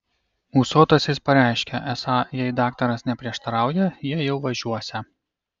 ūsuotasis pareiškė esą jei daktaras neprieštarauja jie jau važiuosią